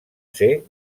ser